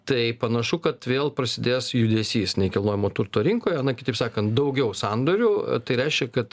tai panašu kad vėl prasidės judesys nekilnojamo turto rinkoje na kitaip sakant daugiau sandorių tai reiškia kad